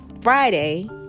friday